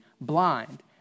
blind